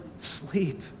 sleep